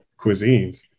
cuisines